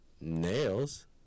Nails